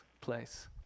place